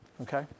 Okay